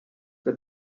the